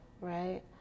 right